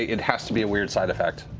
ah it has to be a weird side effect.